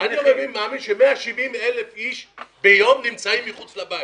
נמצאים כל יום מחוץ לבית.